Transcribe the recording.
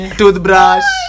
Toothbrush